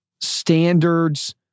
standards